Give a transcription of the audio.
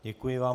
Děkuji vám.